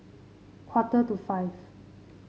quarter to five